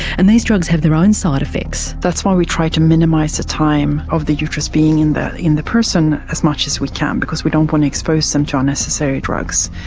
and these drugs have their own side-effects. that's why we tried to minimise the time of the uterus being in the in the person as much as we can because we don't want to expose them to unnecessary drugs.